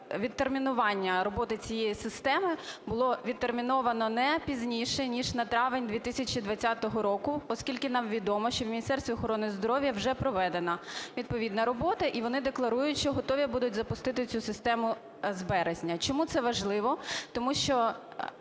відтермінування роботи цієї системи було відтерміновано не пізніше ніж на травень 2020 року, оскільки нам відомо, що у Міністерстві охорони здоров'я вже проведена відповідна робота і вони декларують, що готові будуть запустити цю систему з березня. Чому це важливо? Тому що